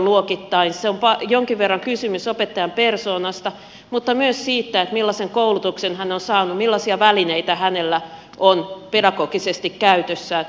siinä on jonkin verran kysymys opettajan persoonasta mutta myös siitä millaisen koulutuksen hän on saanut millaisia välineitä hänellä on pedagogisesti käytössään